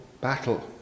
battle